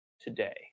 today